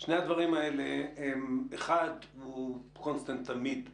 שני הדברים האלה: השני הוא constant תמיד בחגים,